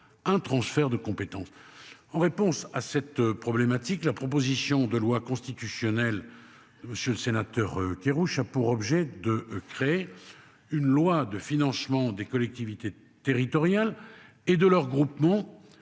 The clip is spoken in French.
Un transfert de compétences en réponse à cette problématique. La proposition de loi constitutionnelle. Monsieur le sénateur Kerrouche a pour objet de créer une loi de financement des collectivités territoriales et de leurs groupements.